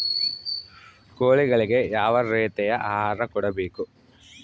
ಕೋಳಿಗಳಿಗೆ ಯಾವ ರೇತಿಯ ಆಹಾರ ಕೊಡಬೇಕು?